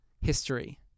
history